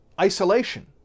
isolation